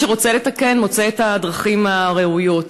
מי שרוצה לתקן מוצא את הדרכים הראויות.